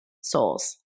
souls